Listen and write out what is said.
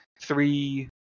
three